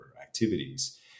activities